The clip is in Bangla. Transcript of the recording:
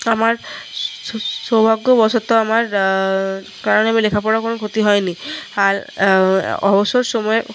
আমার সৌভাগ্যবশত আমার কারণে আমি লেখাপড়ার কোনো ক্ষতি হয়নি আর অবসর সময়ে